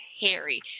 Harry